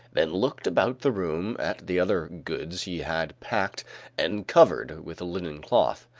then looked about the room at the other goods he had packed and covered with a linen cloth.